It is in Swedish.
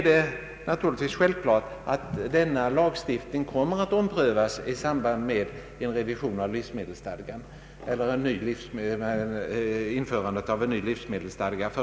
Det är väl klart att lagstiftningen på det här området kommer att omprövas i samband med införandet av en ny livsmedelsstadga.